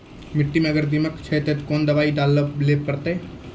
मिट्टी मे अगर दीमक छै ते कोंन दवाई डाले ले परतय?